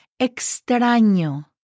Extraño